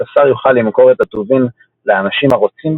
והספסר יוכל למכור את הטובין לאנשים הרוצים